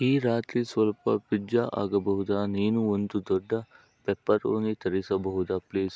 ಈ ರಾತ್ರಿ ಸ್ವಲ್ಪ ಪಿಜ್ಜಾ ಆಗಬಹುದಾ ನೀನು ಒಂದು ದೊಡ್ಡ ಪೆಪ್ಪರೋನಿ ತರಿಸಬಹುದ ಪ್ಲೀಸ್